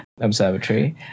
observatory